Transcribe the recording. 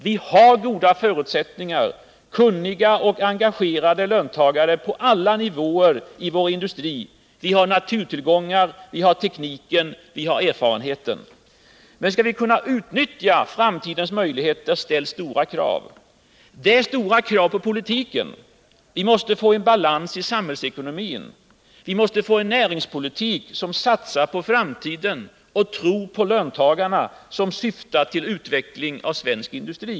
Vi har goda förutsättningar: kunniga och engagerade löntagare på alla nivåer i vår industri, naturtillgångarna, tekniken och erfarenheten. Men utnyttjandet av framtidens möjligheter ställer stora krav på oss och på vår politik. Vi måste få en balans i samhällsekonomin. Vi måste få en näringspolitik som karakteriseras av en satsning på framtiden och en tro på löntagarna och som syftar till utveckling av svensk industri.